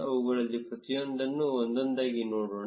ಅವುಗಳಲ್ಲಿ ಪ್ರತಿಯೊಂದನ್ನು ಒಂದೊಂದಾಗಿ ನೋಡೋಣ